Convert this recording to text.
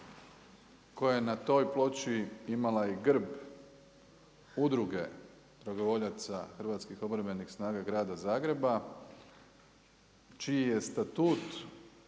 Koja je na toj ploči imala i grb udruge dragovoljaca hrvatskih obrambenih snaga Grada Zagreba čiji je statut